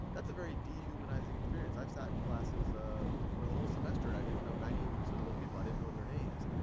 that's a very dehumanizing experience. i've sat in classes for the whole semester and i didn't know ninety eight percent of those people, i didn't know their names.